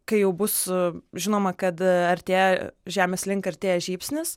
kai jau bus žinoma kad artėja žemės link artėja žybsnis